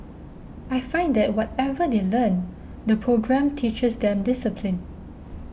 I find that whatever they learn the programme teaches them discipline